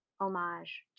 homage